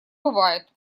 бывает